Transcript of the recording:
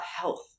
health